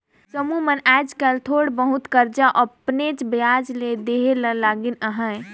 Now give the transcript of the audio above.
समुह मन आएज काएल थोर बहुत करजा अपनेच बियाज में देहे ले लगिन अहें